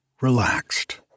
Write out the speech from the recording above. relaxed